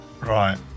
right